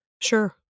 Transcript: Sure